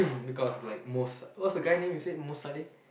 because like Mo~ what's the guy name you said Mo Salah